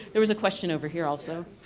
there is a question over here also.